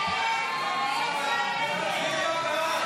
סעיף 7,